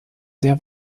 sehr